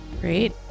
Great